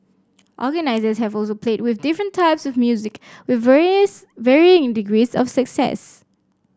organisers have also played with different types of music with varies varying in degrees of success